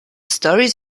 stories